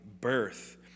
birth